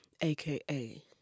aka